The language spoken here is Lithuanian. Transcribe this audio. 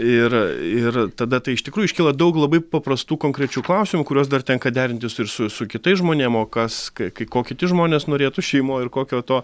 ir ir tada tai iš tikrųjų iškyla daug labai paprastų konkrečių klausimų kuriuos dar tenka derintis ir su su kitais žmonėm o kas kai ko kiti žmonės norėtų šeimoj ir kokio to